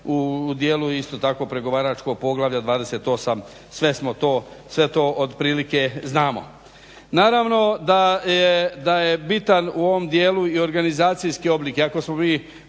u dijelu isto tako pregovaračkog poglavlja 28. sve to otprilike znamo. Naravno da je bitan u ovom dijelu i organizacijski oblik,